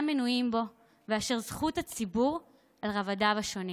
מנויים בו ואשר זכות הציבור על רבדיו השונים